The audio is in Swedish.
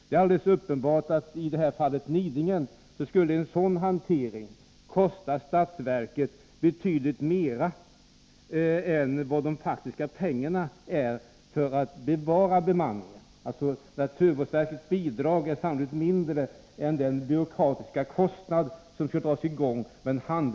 Det är uppenbart att en sådan hantering i fallet Nidingen skulle kosta statsverket betydligt mer än vad bevarandet av bemanningen faktiskt kostar. Naturvårdsverkets bidrag är sannolikt mindre än den byråkrati skulle kosta som skulle behöva dras i gång.